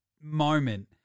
moment